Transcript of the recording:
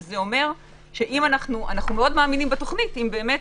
זה אומר שאנחנו מאוד מאמינים בתוכנית, אם באמת